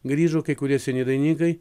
grįžo kai kurie seni dainininkai